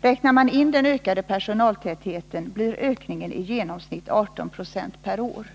Räknar man in den ökade personaltätheten, blir ökningen i genomsnitt 18 96 per år.